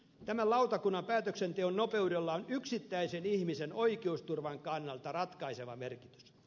tämän lautakunnan päätöksenteon nopeudella on yksittäisen ihmisen oikeusturvan kannalta ratkaiseva merkitys